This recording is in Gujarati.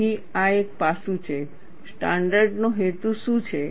તેથી આ એક પાસું છે સ્ટાન્ડર્ડ નો હેતુ શું છે